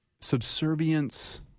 subservience